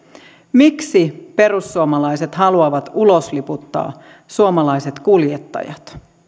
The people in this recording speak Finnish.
miksi perussuomalaiset haluavat ulosliputtaa suomalaiset kuljettajat